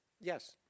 yes